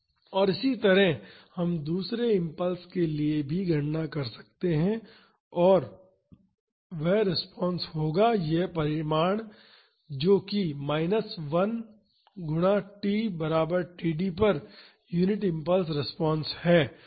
और इसी तरह हम दूसरे इम्पल्स के लिए गणना कर सकते हैं और वह रिस्पांस होआ यह परिमाण जो कि माइनस I गुणा t बराबर td पर यूनिट इम्पल्स रिस्पांस है